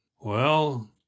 Well